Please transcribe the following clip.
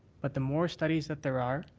but the more studies that there are,